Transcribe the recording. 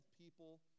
people